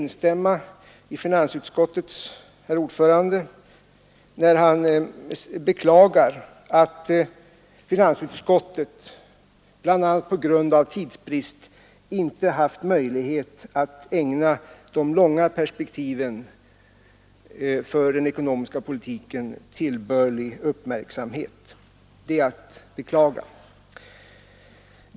I detta avseende är den i övrigt gärna instämma med finansutskottets herr ordförande, när han beklagar att finansutskottet bl.a. på grund av tidsbrist inte haft mö lighet att ägna de långa perspektiven för den ekonomiska politiken tillbörlig uppmärksamhet.